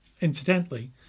incidentally